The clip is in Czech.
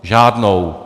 Žádnou.